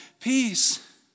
Peace